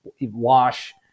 Wash